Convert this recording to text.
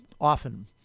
often